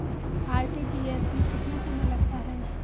RTGS में कितना समय लगता है?